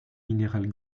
minérale